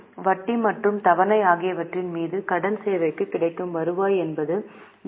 எனவே வட்டி மற்றும் தவணை ஆகியவற்றின் மீது கடன் சேவைக்கு கிடைக்கும் வருவாய் என்பது எண்